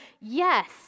yes